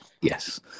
Yes